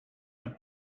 the